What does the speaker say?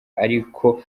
ariko